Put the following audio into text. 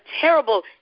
terrible